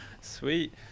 sweet